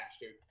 dude